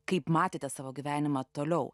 kaip matėte savo gyvenimą toliau